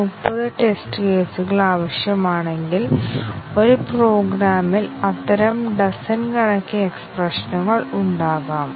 എന്നാൽ രണ്ട് white box testing തന്ത്രങ്ങൾ ചർച്ച ചെയ്തതിന് ശേഷം സ്റ്റേറ്റ്മെന്റ് കവറേജും ബ്രാഞ്ച് കവറേജും ഏതാണ് ശക്തമായ ടെസ്റ്റിംഗ് എന്ന് നമുക്ക് പറയാനാകുമോ